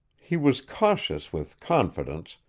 he was cautious with confidence,